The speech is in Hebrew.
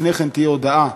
לפני כן תהיה הודעה.